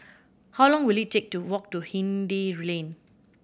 how long will it take to walk to Hindhede Lane